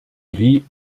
gris